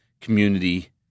community